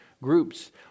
groups